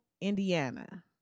Indiana